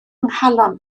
nghalon